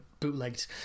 bootlegged